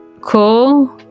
cool